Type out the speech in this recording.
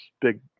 big